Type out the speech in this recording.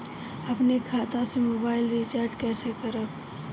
अपने खाता से मोबाइल रिचार्ज कैसे करब?